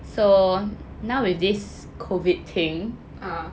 uh